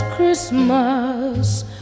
Christmas